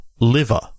Liver